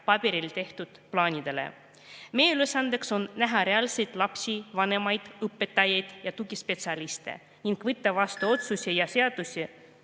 paberil tehtud plaanidele. Meie ülesanne on näha reaalseid lapsi, vanemaid, õpetajaid ja tugispetsialiste ning võtta vastu otsuseid ja seadusi